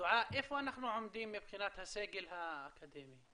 דועא, איפה אנחנו עומדים מבחינת הסגל האקדמי?